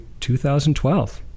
2012